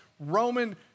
Roman